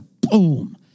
Boom